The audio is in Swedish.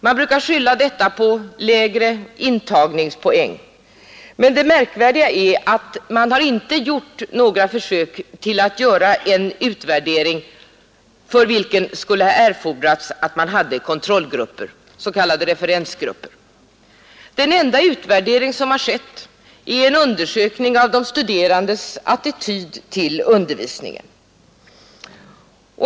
Man brukar skylla detta på lägre intagningspoäng, men det märkliga är att man inte gjort några försök till en utvärdering, för vilken skulle erfordras att man hade kontrollgrupper, s.k. referensgrupper. Den enda utvärdering som skett är en undersökning av de studerandes attityd till undervisningen.